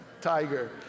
Tiger